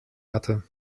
hatte